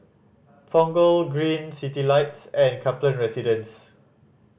Punggol Green Citylights and Kaplan Residence